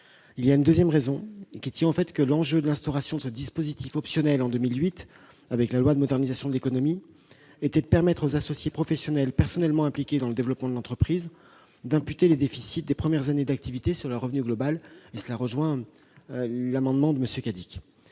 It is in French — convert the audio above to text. une source de complexité. En outre, l'enjeu de l'instauration de ce dispositif optionnel en 2008 avec la loi de modernisation de l'économie était de permettre aux associés professionnels personnellement impliqués dans le développement de l'entreprise d'imputer les déficits des premières années d'activité sur leur revenu global, ce qui rejoint l'amendement de M. Cadic.